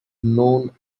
known